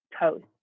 toast